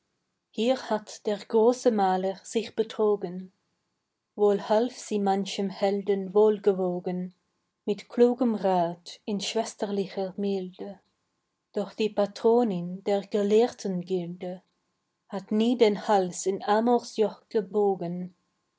hier hat der große maler sich betrogen wohl half sie manchem helden wohlgewogen mit klugem rath in schwesterlicher milde doch die patronin der gelehrtengilde hat nie den hals in amor's joch gebogen